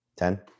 Ten